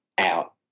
out